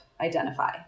identify